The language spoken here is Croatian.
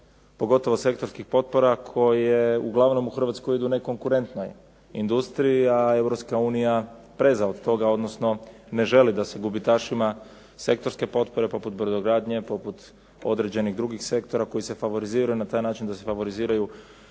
pogotovo sektorskih potpora koje uglavnom u Hrvatskoj idu nekonkurentnoj industriji a Europska unija preza od toga odnosno ne želi da se gubitašima sektorske potpore poput brodogradnje, poput određenih drugih sektora koji se favoriziraju na taj način da se favoriziraju